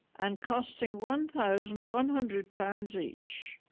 and costing one thousand one hundred pounds each